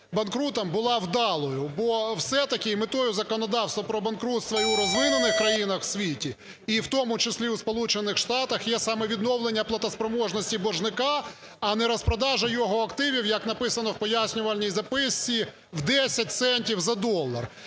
банкрутом, була вдалою. Бо все-таки метою законодавства про банкрутство і в розвинених країнах у світі, і у тому числі у Сполучених Штатах є саме відновлення платоспроможності боржника, а не розпродажа його активів, як написано в пояснювальній записці, 10 центів за долар.